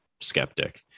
skeptic